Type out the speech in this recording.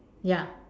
ya